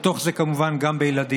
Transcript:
ובתוך זה כמובן גם בילדים.